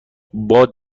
باد